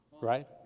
Right